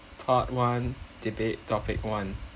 part one debate topic one